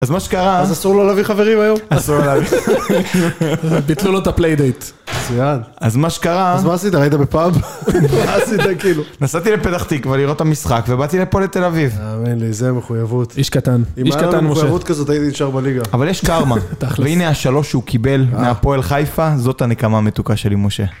אז מה שקרה... אז אסור לו להביא חברים היום? אסור להביא. ביטלו לו את הפליידייט. מצויין. אז מה שקרה... אז מה עשית? ראית בפאב? מה עשית כאילו? נסעתי לפתח-תקווה לראות את המשחק ובאתי לפה לתל אביב. תאמין לי, זה מחויבות. איש קטן. איש קטן, משה. אם היה לי מחויבות כזאת הייתי נשאר בליגה. אבל יש קרמה. תכלס. והנה השלוש שהוא קיבל מהפועל חיפה, זאת הנקמה המתוקה שלי, משה.